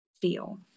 feel